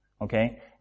Okay